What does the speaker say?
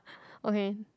okay